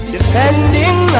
Defending